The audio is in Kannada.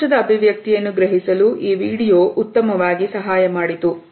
ಸಂತೋಷದ ಅಭಿವ್ಯಕ್ತಿಯನ್ನು ಗ್ರಹಿಸಲು ಈ ವಿಡಿಯೋ ಉತ್ತಮವಾಗಿ ಸಹಾಯ ಮಾಡಿತು